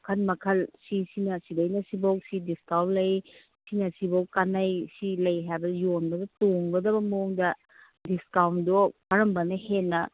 ꯃꯈꯜ ꯃꯈꯜ ꯁꯤ ꯁꯤꯅ ꯁꯤꯗꯩꯅ ꯁꯤꯕꯧꯁꯤ ꯗꯤꯁꯀꯥꯎꯟ ꯂꯩ ꯁꯤꯅ ꯁꯤꯕꯣꯛ ꯀꯥꯟꯅꯩ ꯁꯤ ꯂꯩ ꯍꯥꯏꯕ ꯌꯣꯟꯕꯗ ꯇꯣꯡꯒꯗꯕ ꯃꯋꯣꯡꯗ ꯗꯤꯁꯀꯥꯎꯟꯗꯣ ꯀꯔꯝꯕꯅ ꯍꯦꯟꯅ